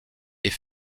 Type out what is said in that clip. est